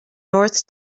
north